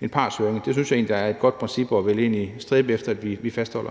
en partshøring. Jeg synes egentlig, det er et godt princip, og vil stræbe efter, at vi fastholder